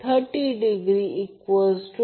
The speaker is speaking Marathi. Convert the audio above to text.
3613